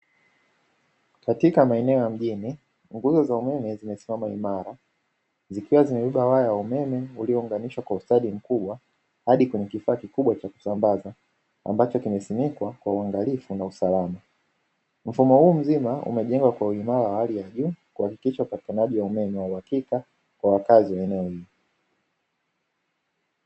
Katika maeneo ya mjini, nguzo za umeme zimesimama imara, zikiwa zimebeba waya wa umeme uliounganishwa kwa ustadi mkubwa hadi kwenye kifaa kikubwa cha kusambaza, ambacho kimesimikwa kwa uangalifu salama. Mfumo huu mzima umejengwa kwa uimara wa hali ya juu kuhakikisha upatikanaji wa umeme wa uhakika kwa wakazi wa eneo hili.